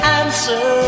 answer